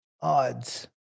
odds